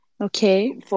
Okay